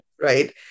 right